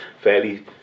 fairly